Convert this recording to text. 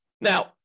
Now